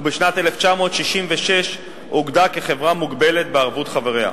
ובשנת 1966 אוגדה כחברה מוגבלת בערבות חבריה,